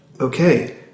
okay